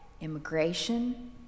immigration